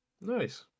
Nice